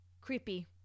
creepy